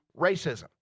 racism